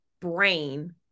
brain